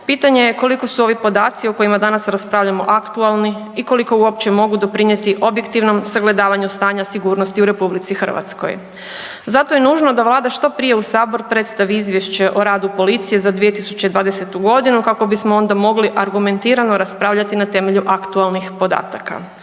pitanje je koliko su ovi podaci o kojima danas raspravljamo aktualni i koliko uopće mogu doprinijeti objektivnom sagledavanju stanja sigurnosti u RH. Zato je nužno da Vlada što prije u sabor predstavi izvješće o radu policije za 2020. godinu kako bismo onda mogli argumentirano raspravljati na temelju aktualnih podataka.